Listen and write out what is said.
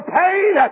pain